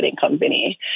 company